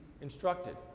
instructed